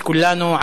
את כולנו,